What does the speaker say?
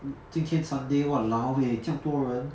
今天 sunday !walao! eh 这样多人